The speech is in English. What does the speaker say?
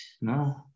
No